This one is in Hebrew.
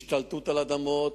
השתלטות על אדמות,